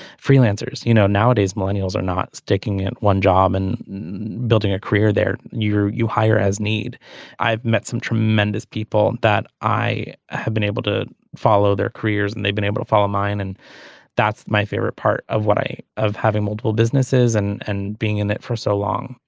freelancers you know nowadays millennials are not sticking in one job and building a career there you you hire as need i've met some tremendous people that i have been able to follow their careers and they've been able to follow mine and that's my favorite part of what i of having multiple businesses and and being in it for so long.